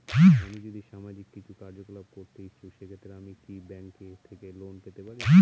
আমি যদি সামাজিক কিছু কার্যকলাপ করতে ইচ্ছুক সেক্ষেত্রে আমি কি ব্যাংক থেকে লোন পেতে পারি?